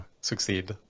succeed